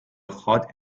hot